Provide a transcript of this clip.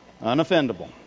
Unoffendable